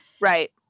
Right